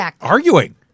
arguing